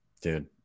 dude